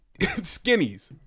skinnies